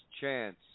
chance